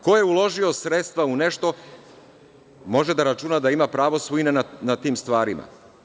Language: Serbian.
Ko je uložio sredstva u nešto može da računa da ima pravo svojine nad tim stvarima.